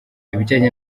ibijyanye